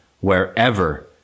wherever